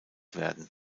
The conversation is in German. werden